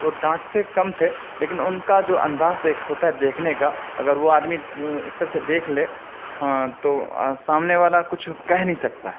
وہ ڈانٹتے کم تھے لیکن ان کا جو انداز ایک ہوتا ہے دیکھنے کا اگر وہ آدمی اس طرح سے دیکھ لے تو سامنے والا کچھ کہہ نہیں سکتا ہے